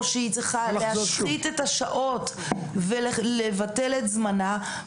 או שהיא צריכה להשחית את השעות ולבטל את זמנה.